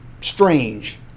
strange